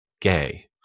gay